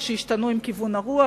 והשתנו עם כיוון הרוח,